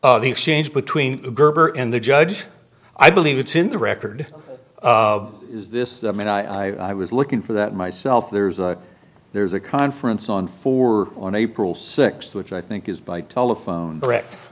really the exchange between gerber and the judge i believe it's in the record is this i mean i i was looking for that myself there's a there's a conference on for on april sixth which i think is by telephone brec